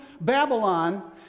Babylon